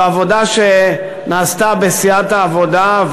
זו עבודה שנעשתה בסיעת העבודה,